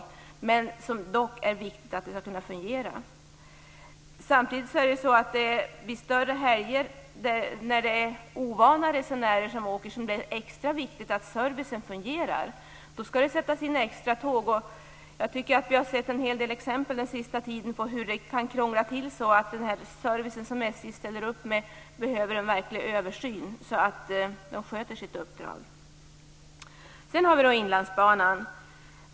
Det är dock viktigt att de fungerar. Samtidigt är det extra viktigt att servicen fungerar vid större helger när det är ovana resenärer som åker. Då skall det sättas in extratåg. Jag tycker att vi har sett en hel del exempel den senaste tiden på hur det kan krångla till sig och att den service som SJ ställer upp med behöver en verklig översyn, så att man sköter sitt uppdrag. Sedan har vi Inlandsbanan.